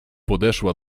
podeszła